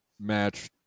match